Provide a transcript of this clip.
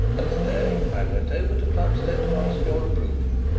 and to-day i went over to plumstead to ask your approval.